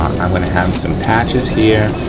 um i'm gonna have some patches here.